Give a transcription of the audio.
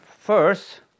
First